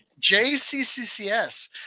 jcccs